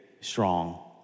strong